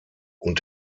und